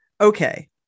Okay